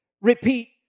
repeat